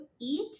eat